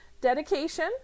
dedication